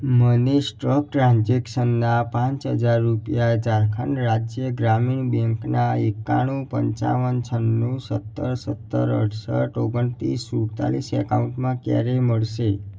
મને સ્ટોક ટ્રાન્ઝેક્શનના પાંચ હજાર રૂપિયા ઝારખંડ રાજ્ય ગ્રામીણ બેંકના એક્કાણું પંચાવન છન્નું સત્તર સત્તર અડસઠ ઓગણત્રીસ સુડતાલીસ એકાઉન્ટમાં ક્યારે મળશે